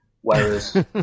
Whereas